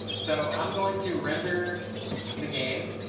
so i'm going to render the game.